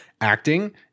Acting